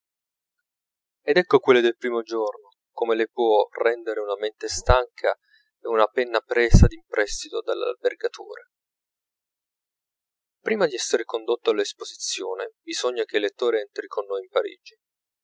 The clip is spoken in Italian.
ed ecco quelle del primo giorno come le può rendere una mente stanca e una penna presa ad imprestito dall'albergatore prima d'esser condotto all'esposizione bisogna che il lettore entri con noi in parigi